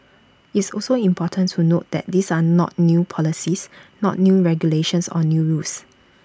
it's also important to note that these are not new policies not new regulations or new rules